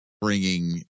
bringing